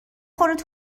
خورده